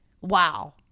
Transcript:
Wow